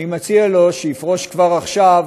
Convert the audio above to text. אני מציע לו שיפרוש כבר עכשיו,